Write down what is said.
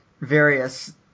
various